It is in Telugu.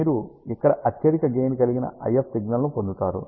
మీరు ఇక్కడ అత్యధిక గెయిన్ కలిగిన IF సిగ్నల్ ను పొందుతారు